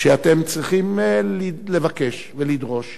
שאתם צריכים לבקש ולדרוש